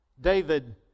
David